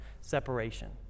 separation